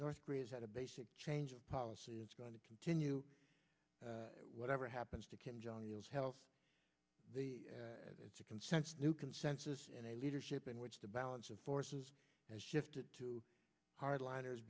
north korea has had a basic change of policy it's going to continue whatever happens to kim jong il's health it's a consensus new consensus in a leadership in which the balance of forces has shifted to hardliners